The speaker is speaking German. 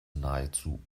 nahezu